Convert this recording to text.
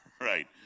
Right